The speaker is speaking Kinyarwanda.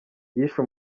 yishe